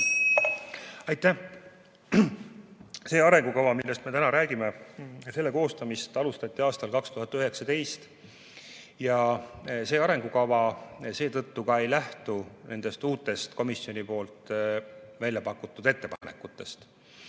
Aitäh! Selle arengukava, millest me täna räägime, koostamist alustati aastal 2019 ja see arengukava seetõttu ka ei lähtu nendest uutest komisjoni väljapakutud ettepanekutest.